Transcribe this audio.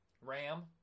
RAM